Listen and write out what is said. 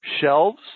shelves